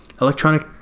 Electronic